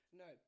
no